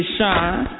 Shine